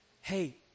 Hey